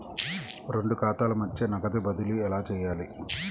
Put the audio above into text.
రెండు ఖాతాల మధ్య నగదు బదిలీ ఎలా చేయాలి?